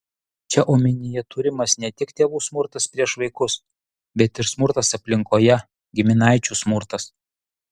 čia omenyje turimas ne tik tėvų smurtas prieš vaikus bet ir smurtas aplinkoje giminaičių smurtas